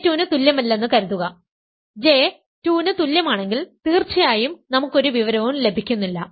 J 2 ന് തുല്യമല്ലെന്ന് കരുതുക J 2 ന് തുല്യമാണെങ്കിൽ തീർച്ചയായും നമുക്ക് ഒരു വിവരവും ലഭിക്കുന്നില്ല